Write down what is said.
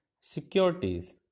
securities